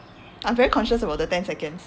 I'm very conscious about the ten seconds